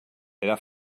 era